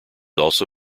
also